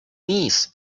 knees